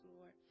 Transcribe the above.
Lord